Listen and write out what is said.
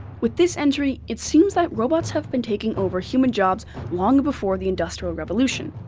with this entry, it seems that robots have been taking over human jobs long before the industrial revolution,